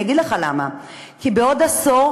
אני אגיד לך למה: כי בעוד עשור,